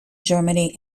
germany